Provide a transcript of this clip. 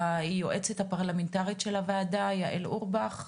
ליועצת הפרלמנטרית של הוועדה יעל אורבך,